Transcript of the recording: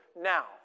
now